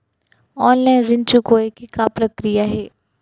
Online ऋण चुकोय के का प्रक्रिया हे?